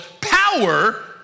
power